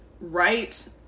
right